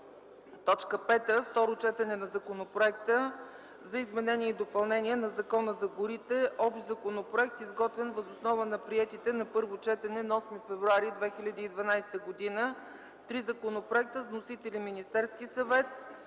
съвет. 5. Второ четене на Законопроекта за изменение и допълнение на Закона за горите – общ законопроект, изготвен въз основа на приетите на първо четене на 8 февруари 2012 г. три законопроекта с вносители Министерският съвет